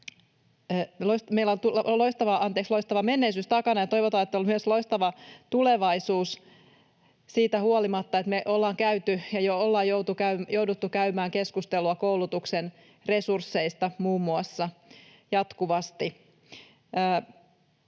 on varsin loistava menneisyys takana, ja toivotaan, että on myös loistava tulevaisuus siitä huolimatta, että me ollaan käyty ja ollaan jo jouduttu käymään keskustelua jatkuvasti muun muassa koulutuksen